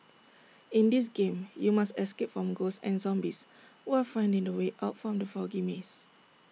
in this game you must escape from ghosts and zombies while finding the way out from the foggy maze